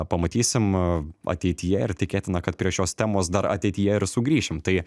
pamatysim ateityje ir tikėtina kad prie šios temos dar ateityje sugrįšim tai